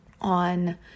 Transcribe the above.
on